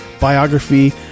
biography